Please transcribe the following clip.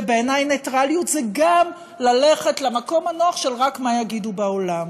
ובעיני נייטרליות זה גם ללכת למקום הנוח של רק "מה יגידו בעולם".